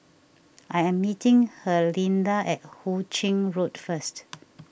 I am meeting Herlinda at Hu Ching Road first